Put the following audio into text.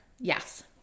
Yes